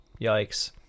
Yikes